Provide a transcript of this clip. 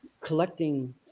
collecting